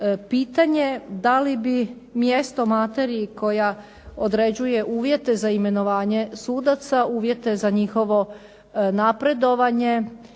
pitanje da li bi mjesto materiji koja određuje uvjete za imenovanje sudaca, uvjete za njihovo napredovanje,